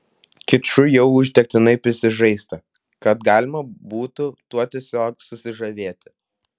kiču jau užtektinai prisižaista kad galima būtų tuo tiesiog susižavėti